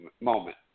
moment